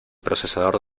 procesador